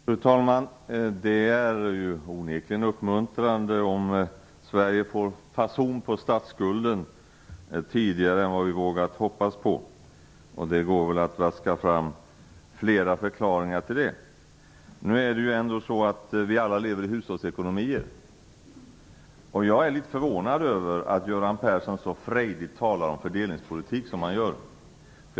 Fru talman! Det är onekligen uppmuntrande om Sverige får fason på statsskulden tidigare än vad vi hade vågat hoppas på. Det går väl att vaska fram flera förklaringar till det. Nu lever vi ju ändå alla i hushållsekonomier. Jag är litet förvånad över att Göran Persson talar om fördelningspolitik så frejdigt som han gör.